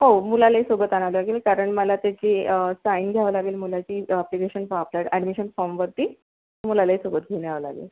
हो मुलालाही सोबत आणावं लागेल कारण मला त्याची साईन घ्यावं लागेल मुलाची आप्लिकेशन आफ्टर ॲडमिशन फॉर्मवरती मुलालाही सोबत घेऊन यावं लागेल